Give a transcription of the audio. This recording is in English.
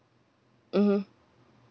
mmhmm